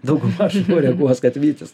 daugmaž reaguos kad vytis